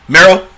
Meryl